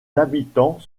habitants